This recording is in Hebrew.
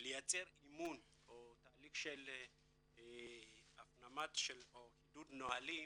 לייצר אמון או תהליך שלהפנמת או חידוד נהלים,